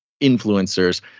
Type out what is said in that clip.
influencers